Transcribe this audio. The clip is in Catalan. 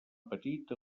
petit